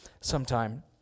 sometime